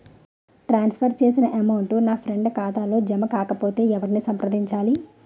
ట్రాన్స్ for చేసిన amount నా friend ఖాతాలో జమ కాకపొతే ఎవరిని సంప్రదించాలి?